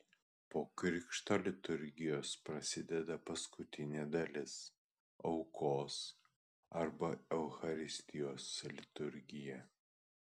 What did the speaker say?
po krikšto liturgijos prasideda paskutinė dalis aukos arba eucharistijos liturgija